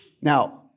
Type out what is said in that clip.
Now